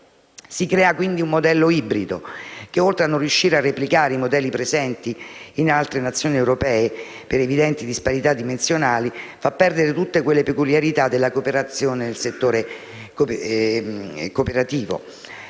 Si crea, quindi, un modello ibrido che, oltre a non riuscire a replicare i modelli presenti in altre Nazioni europee per evidenti disparità dimensionali, fa perdere tutte quelle peculiarità della cooperazione nel settore creditizio,